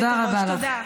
תודה.